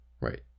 Right